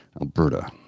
Alberta